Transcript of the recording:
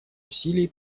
усилий